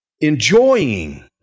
enjoying